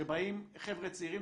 שבאים חבר'ה צעירים,